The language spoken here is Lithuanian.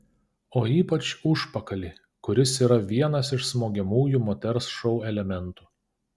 o ypač užpakalį kuris yra vienas iš smogiamųjų moters šou elementų